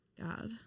God